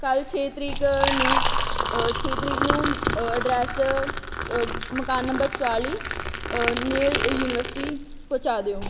ਕੱਲ੍ਹ ਛੇ ਤਰੀਕ ਨੂੰ ਛੇ ਤਰੀਕ ਨੂੰ ਅਡਰੈੱਸ ਮਕਾਨ ਨੰਬਰ ਚਾਲੀ ਨਿਅਰ ਯੂਨੀਵਰਸਿਟੀ ਪਹੁੰਚਾ ਦਿਓ